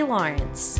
Lawrence